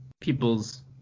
people's